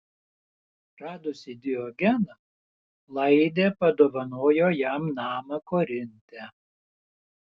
radusi diogeną laidė padovanojo jam namą korinte